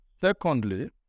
Secondly